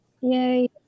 Yay